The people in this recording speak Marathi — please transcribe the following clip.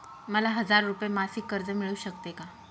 मला हजार रुपये मासिक कर्ज मिळू शकते का?